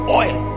oil